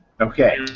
Okay